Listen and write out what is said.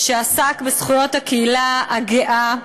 שעסק בזכויות הקהילה הגאה.